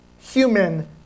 human